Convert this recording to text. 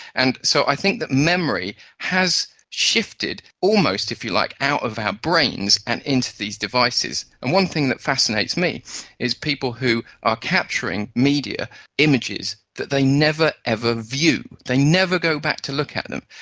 and so i think that memory has shifted almost, if you like, out of our brains and into these devices. and one thing that fascinates me is people who are capturing media images that they never, ever view, view, they never go back to look at them,